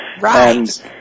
Right